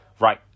right